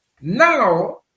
Now